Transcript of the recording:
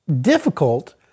difficult